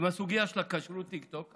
עם הסוגיה של כשרות, טיקטוק.